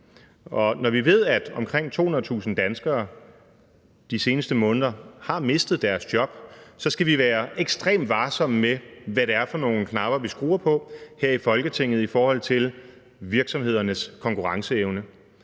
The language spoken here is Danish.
Når vi ved, at omkring 200.000 danskere de seneste måneder har mistet deres job, skal vi være ekstremt varsomme med, hvad det er for nogle knapper, vi skruer på her i Folketinget, i forhold til virksomhedernes konkurrenceevne.